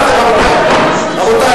רבותי,